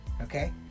okay